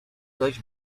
zaś